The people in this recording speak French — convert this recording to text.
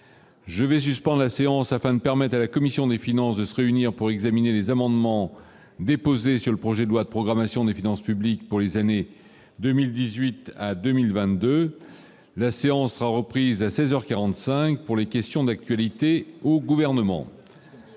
Je vais suspendre la séance afin de permettre à la commission des finances de se réunir pour examiner les amendements déposés sur le projet de loi de programmation des finances publiques pour les années 2018 à 2022. La parole est à M. le président de la commission.